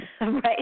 right